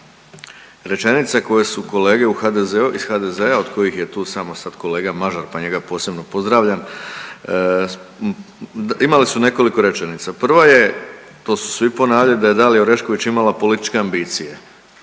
rečenica koje su kolege u HDZ-a iz HDZ-a od kojih je tu samo sad kolega Mažar pa njega posebno pozdravljam imali su nekoliko rečenica. Prva je to su svi ponavljali da je Dalija Orešković imala političke ambicije